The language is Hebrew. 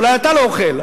אולי אתה לא אוכל,